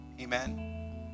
Amen